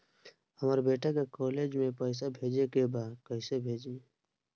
हमर बेटा के कॉलेज में पैसा भेजे के बा कइसे भेजी?